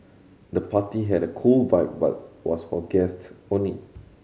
the party had a cool vibe but was for guests only